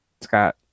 Scott